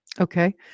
Okay